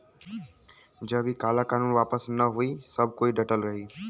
जब इ काला कानून वापस न होई सब कोई डटल रही